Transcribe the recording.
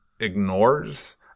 ignores